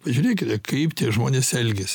pažiūrėkite kaip tie žmonės elgias